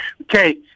Okay